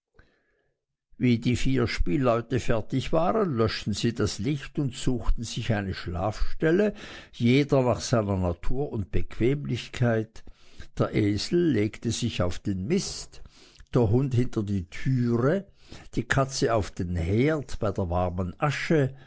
wie die vier spielleute fertig waren löschten sie das licht aus und suchten sich eine schlafstätte jeder nach seiner natur und bequemlichkeit der esel legte sich auf den mist der hund hinter die türe die katze auf den herd bei die warme asche